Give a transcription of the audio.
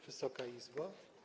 Wysoka Izbo!